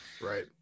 Right